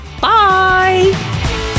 bye